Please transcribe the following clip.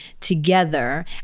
together